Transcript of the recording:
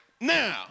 Now